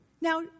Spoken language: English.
Now